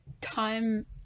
time